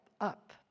up